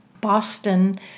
Boston